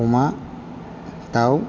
अमा दाउ